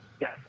Yes